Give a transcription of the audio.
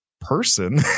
person